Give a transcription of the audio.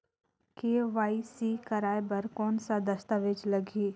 KYC कराय बर कौन का दस्तावेज लगही?